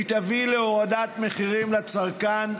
היא תביא להורדת מחירים לצרכן,